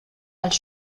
als